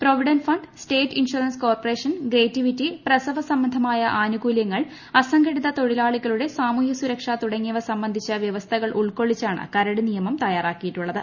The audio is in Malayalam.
provident fund state insurance corporation gratuity പ്രസവ സംബന്ധമായ ആനൂകൂലൃങ്ങൾ അസംഘടിത തൊഴിലാളികളുടെ സാമൂഹ്യു് സുരക്ഷ തുടങ്ങിയവ സംബന്ധിച്ച് വൃവസ്ഥകൾ ഉൾക്കൊള്ളിച്ചാണ് കരട് നിയമം തയ്യാറാക്കിയിട്ടുള്ളത്